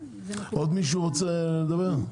עוד מישהו רוצה לדבר?